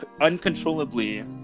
uncontrollably